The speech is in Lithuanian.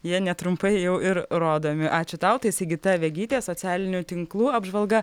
jie netrumpai jau ir rodomi ačiū tau tai sigita vegytė socialinių tinklų apžvalga